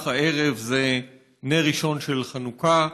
הערב זה נר ראשון של חנוכה,